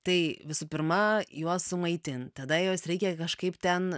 tai visų pirma juos sumaitint tada juos reikia kažkaip ten